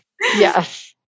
Yes